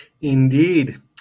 Indeed